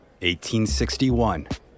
1861